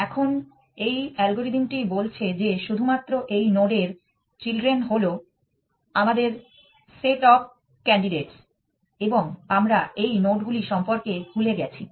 এখন এই অ্যালগরিদমটি বলছে যে শুধুমাত্র এই নোডের চিলড্রেন হলো আমাদের সেট অফ ক্যান্ডিডেটস এবং আমরা এই নোডগুলি সম্পর্কে ভুলে গেছি